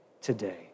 today